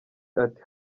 ati